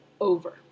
over